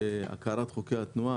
הכרת חוקי התנועה,